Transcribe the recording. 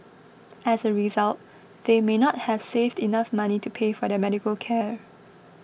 as a result they may not have saved enough money to pay for their medical care